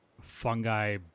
fungi